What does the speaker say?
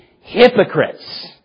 hypocrites